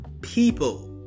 People